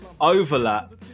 overlap